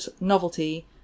novelty